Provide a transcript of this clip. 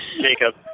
Jacob